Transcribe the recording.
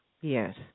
Yes